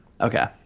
Okay